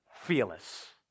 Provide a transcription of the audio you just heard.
Fearless